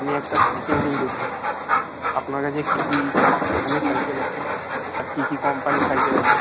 আমি একটা সাইকেল কিনতে চাই আপনার কাছে কী কী দামের সাইকেল আছে আর কী কী কম্পানির সাইকেল আছে